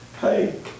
hey